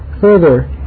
Further